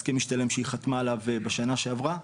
הסכם משתלם שהיא חתמה עליו בשנה שעברה,